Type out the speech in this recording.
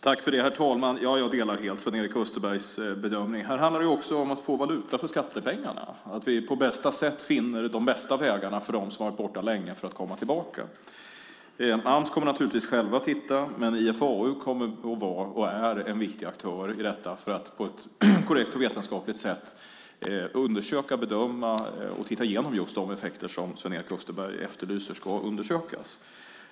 Herr talman! Jag delar helt Sven-Erik Österbergs bedömning. Här handlar det också om att få valuta för skattepengarna, så att vi på bästa sätt finner de bästa vägarna för dem som har varit borta länge att komma tillbaka. Ams kommer naturligtvis att själva titta på detta. Men IFAU kommer att vara, och är, en viktig aktör i detta för att på ett korrekt och vetenskapligt sätt undersöka, bedöma och titta igenom just de effekter som Sven-Erik Österberg efterlyser ska undersökas.